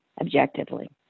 objectively